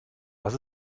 was